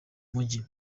mujyi